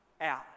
out